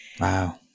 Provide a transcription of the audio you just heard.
Wow